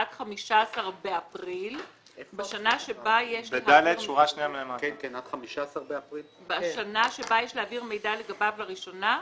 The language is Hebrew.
עד 15 באפריל בשנה שבה יש להעביר מידע לגביו לראשונה.